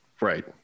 right